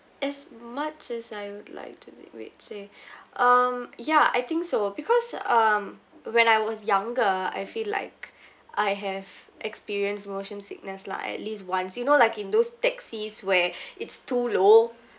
as much as I would like to wait say um yeah I think so because um when I was younger I feel like I have experienced motion sickness lah at least once you know like in those taxis where it's too low